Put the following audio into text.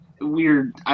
weird